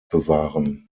bewahren